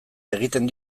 egiten